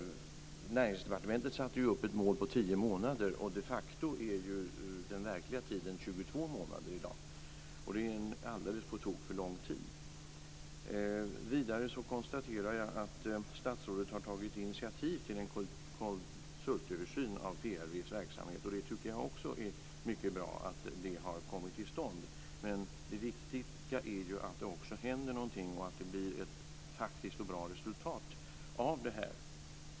Näringsdepartementet satte upp ett mål om tio månader, och de facto är den verkliga tiden i dag 22 månader. Det är en alldeles på tok för lång tid. Jag konstaterar vidare att statsrådet har tagit initiativ till en konsultöversyn av PRV:s verksamhet. Jag tycker att det är mycket bra att också det har kommit till stånd. Men det viktiga är ju att det också händer någonting och att det blir ett faktiskt och bra resultat av det här.